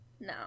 no